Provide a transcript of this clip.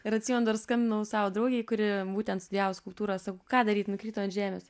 ir atsimenu dar skambinau savo draugei kuri būtent studijavo skulptūrą sakau ką daryt nukrito ant žemės